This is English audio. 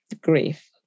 grief